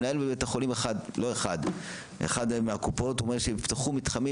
מנהל בבית חולים באחת מהקופות אומר שהם יפתחו מתחמים